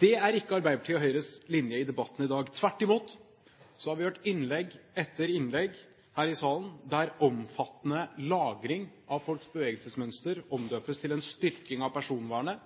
Det er ikke Arbeiderpartiets og Høyres linje i debatten i dag. Tvert imot har vi hørt innlegg etter innlegg her i salen der omfattende lagring av folks bevegelsesmønster omdøpes til en styrking av personvernet,